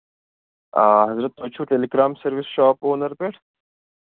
آ حَضرت تۄہہِ چھُو telegram service shop owner پٮ۪ٹھ